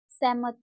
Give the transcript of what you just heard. ਸਹਿਮਤ